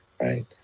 right